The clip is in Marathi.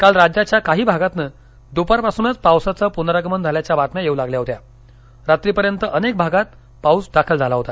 काल राज्याच्या काही भागातनं द्पारपासुनच पावसाचं पुनरागमन झाल्याच्या बातम्या येऊ लागल्या होत्या रात्रीपर्यंत अनेक भागांत पाऊस दाखल झाला होता